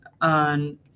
on